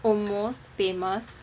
almost famous